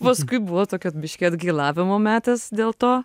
paskui buvo tokio biškį atgailavimo metas dėl to